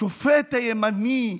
השופט הימני,